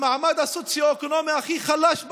במעמד הסוציו-אקונומי הכי חלש במדינה.